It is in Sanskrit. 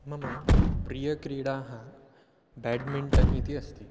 मम प्रियक्रीडाः ब्याड्मिण्टन् इति अस्ति